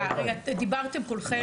דיברתם כולכם,